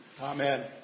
Amen